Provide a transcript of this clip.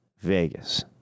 Vegas